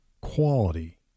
quality